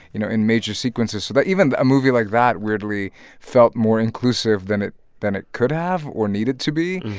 you know, in major sequences. so that but even a movie like that weirdly felt more inclusive than it than it could have or needed to be.